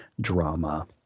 drama